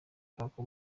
kwaka